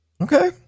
Okay